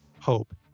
hope